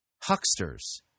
hucksters